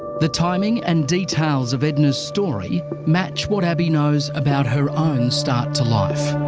the timing and details of edna's story match what abii knows about her own start to life.